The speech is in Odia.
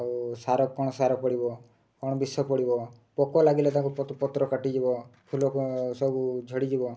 ଆଉ ସାର କ'ଣ ସାର ପଡ଼ିବ କ'ଣ ବିଷ ପଡ଼ିବ ପୋକ ଲାଗିଲେ ତାକୁ ପତ୍ର କାଟିଯିବ ଫୁଲ ସବୁ ଝଡ଼ିଯିବ